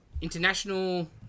international